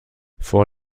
vor